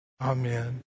Amen